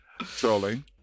trolling